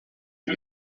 ibi